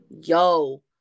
yo